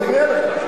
הוא הפריע לך.